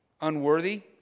unworthy